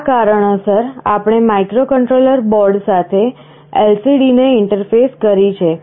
આ કારણોસર આપણે માઇક્રોકન્ટ્રોલર બોર્ડ સાથે LCD ને ઇન્ટરફેસ કરી છે